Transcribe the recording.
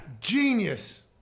genius